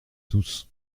tous